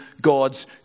gods